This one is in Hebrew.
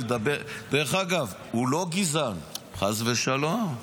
דרך אגב, הוא לא גזען, חס ושלום.